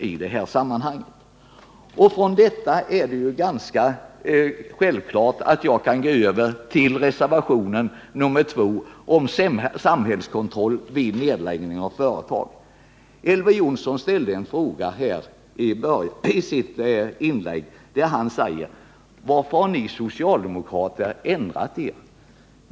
Sedan jag sagt detta är det ganska självklart att jag kan gå över till reservationen 2 som gäller samhällskontroll vid nedläggning av företag. Elver Jonsson ställde en fråga i sitt inlägg och sade: Varför har ni socialdemokrater ändrat er?